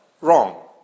Wrong